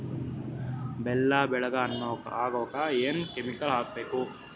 ಬೆಲ್ಲ ಬೆಳಗ ಆಗೋಕ ಏನ್ ಕೆಮಿಕಲ್ ಹಾಕ್ಬೇಕು?